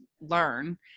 learn